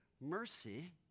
mercy